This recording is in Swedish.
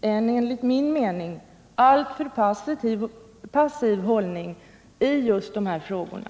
en, enligt min mening, alltför passiv hållning i dessa frågor.